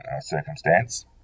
circumstance